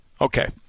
okay